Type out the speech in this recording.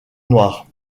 noire